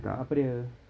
apa dia